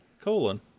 colon